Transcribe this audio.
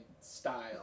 style